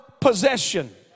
possession